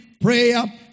prayer